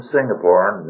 Singapore